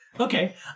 Okay